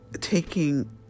taking